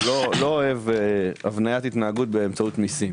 לא אוהב הבניית התנהגות באמצעות מיסים.